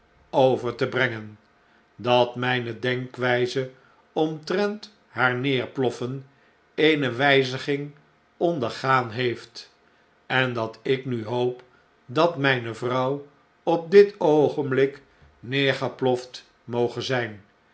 over te brengen dat mjjnedenkwijze omtrent haar neerploffen eene wflziging ondergaan heeft en dat ik nu hoop dat mpe vrouw op dit oogenblik neergeploft moge zp